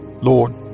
Lord